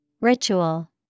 Ritual